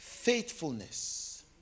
Faithfulness